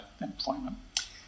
employment